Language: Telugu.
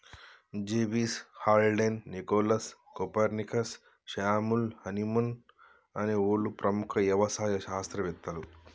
జెవిస్, Haldane, Nicholas, Copernicus, Samuel Hahnemann అనే ఓళ్ళు ప్రముఖ యవసాయ శాస్త్రవేతలు